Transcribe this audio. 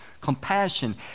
compassion